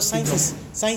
kim jong un